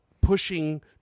pushing